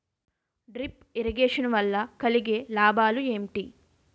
Drip irrigation వల్ల కలిగే లాభాలు ఏంటి?